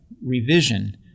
revision